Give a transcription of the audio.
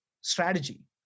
strategy